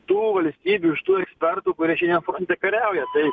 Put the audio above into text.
tų valstybių iš tų ekspertų kurie šiame fronte kariauja tai